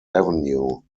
avenue